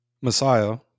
Messiah